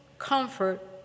Comfort